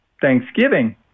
Thanksgiving